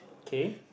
K